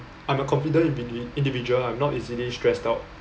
I'm a confident indivi~ individual I'm not easily stressed out